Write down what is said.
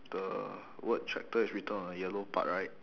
the word tractor is written on the yellow part right